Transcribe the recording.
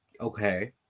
okay